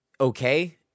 okay